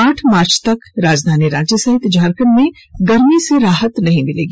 आठ मार्च तक राजधानी रांची सहित झारखंड में गर्मी से राहत नहीं मिलेगी